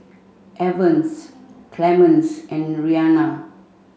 Evans Clemence and Rianna